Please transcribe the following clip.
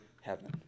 heaven